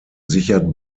sichert